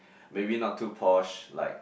maybe not too posh like